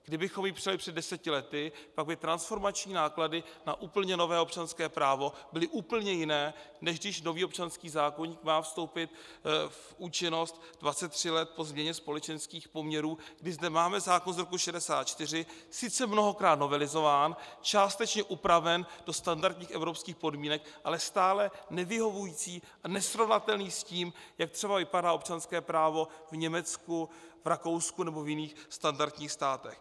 Kdybychom ji přijali před deseti lety, pak by transformační náklady na úplně nové občanské právo byly úplně jiné, než když nový občanský zákoník má vstoupit v účinnost 23 let pozměně společenských poměrů, kdy zde máme zákon z roku 1964, sice mnohokrát novelizovaný, částečně upravený do standardních evropských podmínek, ale stále nevyhovující a nesrovnatelný s tím, jak třeba vypadá občanské právo v Německu, v Rakousku nebo v jiných standardních státech.